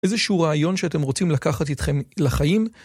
איזשהו רעיון שאתם רוצים לקחת אתכם לחיים.